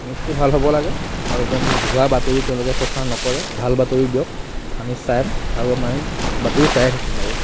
নিউজটো ভাল হ'ব লাগে আৰু যেন ভুৱা বাতৰি তেওঁলোকে প্ৰচাৰ নকৰে ভাল বাতৰি দিয়ক আমি চাম আৰু বাতৰি চায়েই থাকিম আৰু